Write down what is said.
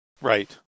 Right